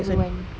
everyone